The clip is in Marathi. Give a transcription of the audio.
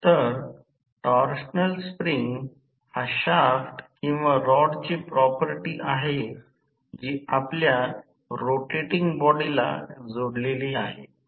तर टॉर्शनल स्प्रिंग हा शाफ्ट किंवा रॉडची प्रॉपर्टी आहे जी आपल्या रोटेटिंग बॉडीला जोडलेली आहे